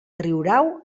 riurau